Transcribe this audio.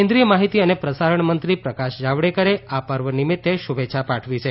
કેન્દ્રીય માહિતી અને પ્રસારણ મંત્રી પ્રકાશ જાવડેકરે આ પર્વ નિમિત્તે શુભેચ્છા પાઠવી છે